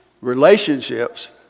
relationships